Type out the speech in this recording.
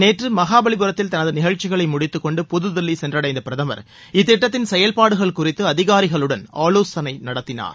நேற்று மகாபல்லிபுரத்தில் தனது நிகழ்ச்சிகளை முடித்துக்கொண்டு புதுதில்லி சென்றடைந்த பிரதமர் இத்திட்டத்தின் செயல்பாடுகள் குறித்து அதிகாரிகளுடன் ஆலோசனை நடத்தினார்